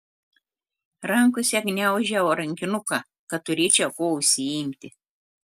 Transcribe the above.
rankose gniaužau rankinuką kad turėčiau kuo užsiimti